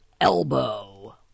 elbow